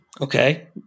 Okay